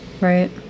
right